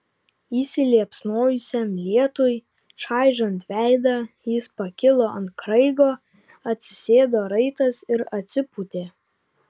įsiliepsnojusiam lietui čaižant veidą jis pakilo ant kraigo atsisėdo raitas ir atsipūtė